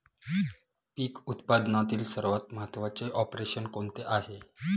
पीक उत्पादनातील सर्वात महत्त्वाचे ऑपरेशन कोणते आहे?